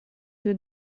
due